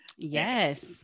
yes